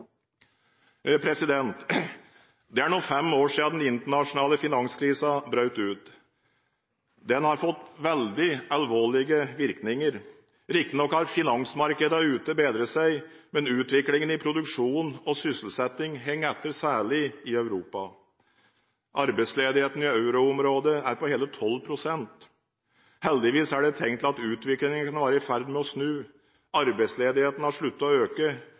Det er nå fem år siden den internasjonale finanskrisen brøt ut. Den har fått veldig alvorlige virkninger. Riktignok har finansmarkedene ute bedret seg, men utviklingen i produksjon og sysselsetting henger etter, særlig i Europa. Arbeidsledigheten i euroområdet er på hele 12 pst. Heldigvis er det tegn til at utviklingen kan være i ferd med å snu. Arbeidsledigheten har sluttet å øke,